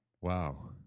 wow